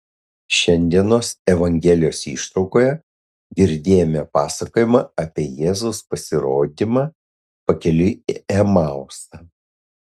šiandienos evangelijos ištraukoje girdėjome pasakojimą apie jėzaus pasirodymą pakeliui į emausą